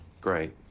great